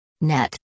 net